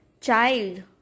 Child